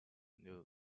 new